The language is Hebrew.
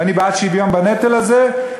ואני בעד שוויון בנטל הזה,